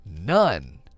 none